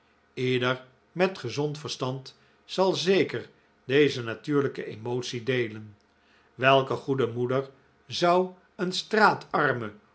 leder met gezond verstand zal zeker deze natuurlijke emotie deelen welke goede moeder zou een straatarme